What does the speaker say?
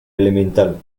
elemental